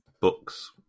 Books